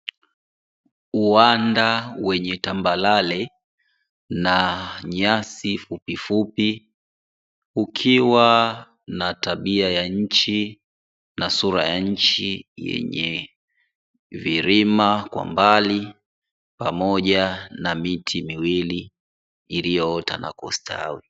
Uwanda wenye tambarare na nyasi fupi fupi, ukiwa na tabia ya nchi, na sura ya nchi, yenye vilima kwa mbali, pamoja na miti miwili iliyoota na kustawi.